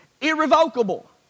Irrevocable